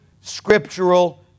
scriptural